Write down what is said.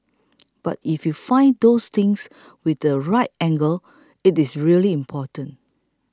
but if you find those things with the right angle it's really important